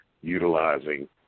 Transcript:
utilizing